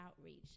outreach